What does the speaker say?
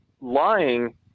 lying